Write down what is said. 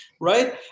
right